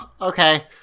Okay